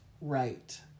right